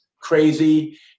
crazy